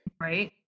right